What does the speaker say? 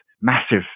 massive